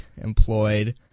employed